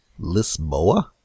Lisboa